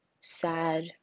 sad